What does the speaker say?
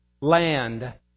land